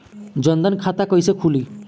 जनधन खाता कइसे खुली?